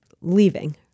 leaving